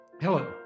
Hello